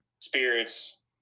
spirits